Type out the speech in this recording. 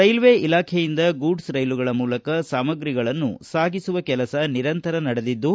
railway ಇಲಾಖೆಯಿಂದ goods ರೈಲುಗಳ ಮೂಲಕ ಸಾಮಗ್ರಿಗಳನ್ನು ಸಾಗಿಸುವ ಕೆಲಸ ನಿತರಂತರ ನಡೆದಿದ್ದು